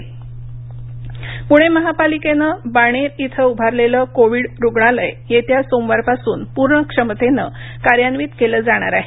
पणे मनपा पुणे महापालिकेनं बाणेर इथं उभारलेलं कोविड रुग्णालय येत्या सोमवारपासून पूर्ण क्षमतेनं कार्यान्वित केले जाणार आहे